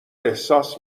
احساس